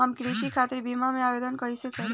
हम कृषि खातिर बीमा क आवेदन कइसे करि?